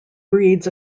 breeds